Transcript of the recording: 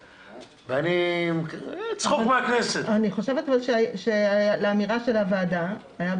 אבל אני חושבת שלאמירה של הוועדה היה,